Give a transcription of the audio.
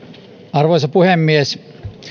arvoisa puhemies